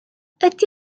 ydy